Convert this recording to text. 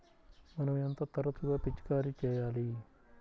మనం ఎంత తరచుగా పిచికారీ చేయాలి?